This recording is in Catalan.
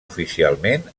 oficialment